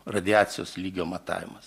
radiacijos lygio matavimas